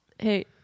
hey